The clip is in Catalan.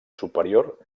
superior